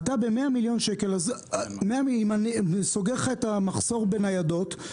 וב-100 מיליון שקל אני סוגר לך את המחסור בניידות,